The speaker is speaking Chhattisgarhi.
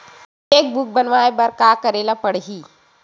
चेक बुक बनवाय बर का करे ल पड़हि?